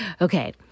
Okay